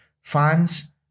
Fans